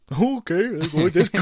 okay